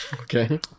okay